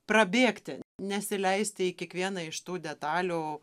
prabėgti nesileisti į kiekvieną iš tų detalių